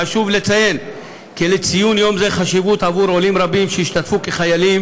חשוב לציין כי לציון יום זה חשיבות לעולים רבים שהשתתפו כחיילים